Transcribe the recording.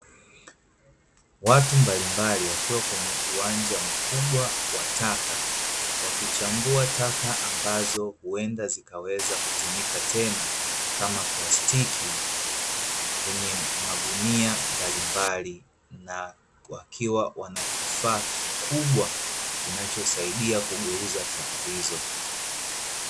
Watu mbalimbali wakiwa kwenye uwanja mkubwa wa taka, wakichambua taka ambazo huenda zikaweza kutumika tena kama plastiki kwenye magunia mbalimbali, na wakiwa wana kifaa kikubwa kinachosaidia kugeuza taka hizo.